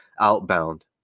outbound